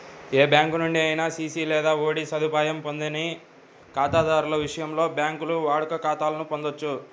ఏ bank నుండి అయినా CC లేదా ఓడి సదుపాయం పొందని ఖాతాదారుల విషయంలో, బ్యాంకులు వాడుక ఖాతాలను పొందొచ్చు